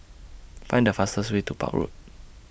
Find The fastest Way to Park Road